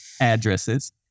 addresses